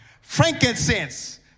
Frankincense